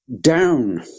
down